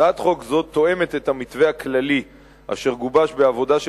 הצעת חוק זו תואמת את המתווה הכללי אשר גובש בעבודה של